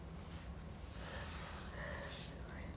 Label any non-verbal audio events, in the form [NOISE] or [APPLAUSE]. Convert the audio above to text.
[BREATH]